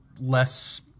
less